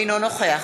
אינו נוכח